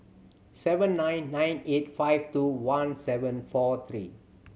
seven nine nine eight five two one seven four three